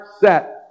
set